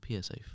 PSA